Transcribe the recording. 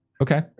Okay